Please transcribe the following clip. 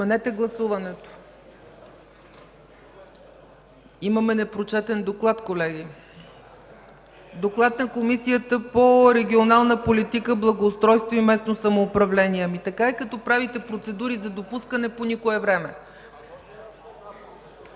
Отменете гласуването. Имаме и непрочетен доклад, колеги. Доклад на Комисията по регионална политика, благоустройство и местно самоуправление. Така е, като правите процедури за допускане по никое време.